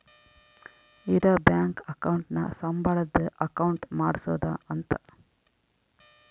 ಇರ bank account ನ ಸಂಬಳದ್ ಅಕೌಂಟ್ ಮಾಡ್ಸೋದ ಅಂತ